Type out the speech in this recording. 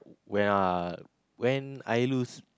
when I when I lose